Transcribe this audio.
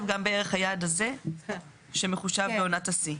גם בערך היעד הזה שמחושב בעונת השיא.